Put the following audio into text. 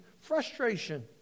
Frustration